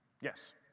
Yes